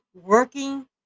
working